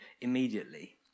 immediately